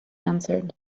answered